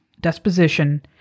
disposition